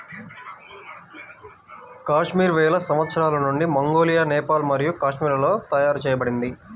కాశ్మీర్ వేల సంవత్సరాల నుండి మంగోలియా, నేపాల్ మరియు కాశ్మీర్లలో తయారు చేయబడింది